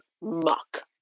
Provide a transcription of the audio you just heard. muck